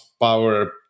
power